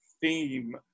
theme